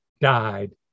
died